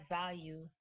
value